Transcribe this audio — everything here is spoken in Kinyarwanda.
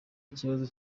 ikibazo